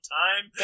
time